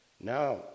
Now